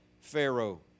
Pharaoh